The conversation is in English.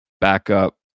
Backup